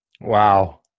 wow